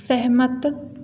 सहमत